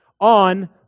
on